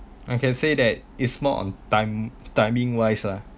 I can say that is more on time timing wise lah